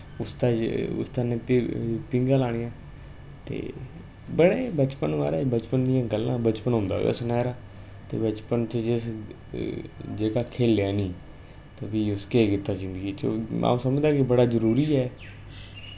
उसदा उस कन्नै फही पींगा लानियां ते बचपन माराज बचपन दियां गल्लां बचपन होंदा गै सनैह्रा ते बचपन च जिस जेह्का खेलेआ निं ते फ्ही उस केह् कीता जिंदगी च आ'ऊं समझना कि बड़ा जरुरी ऐ